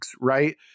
right